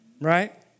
right